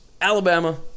Alabama